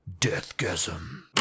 Deathgasm